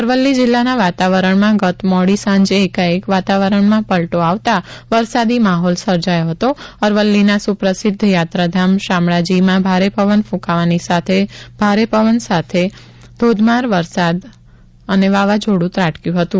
અરવલ્લી જિલ્લાના વાતાવરણમાં ગત મોડી સાંજે એકાએક વાવાવરણમાં પલટો આવતા વરસાદી માહોલ સર્જાયો હતો અરવલ્લીના સુપ્રસિદ્ધ યાત્રાધામ શામળાજીમાં ભારે પવન ફૂંકાવાની સાથે ભારે પવન સાથે ધોધમાર વરસાદ સાથે વાવાઝોડું ત્રાટકર્યું હતું